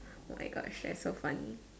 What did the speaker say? oh my gosh that's so funny